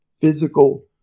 physical